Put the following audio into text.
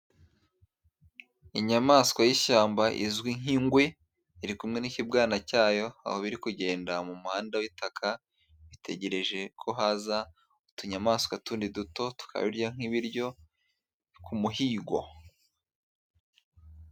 Inyamaswa y'ishyamba izwi nk'ingwe iri kumwe n'ikibwana cyayo, aho biri kugenda mu muhanda w'itaka, itegereje ko haza utunyamaswa tundi duto tukabirya nk'ibiryo k'umuhigo.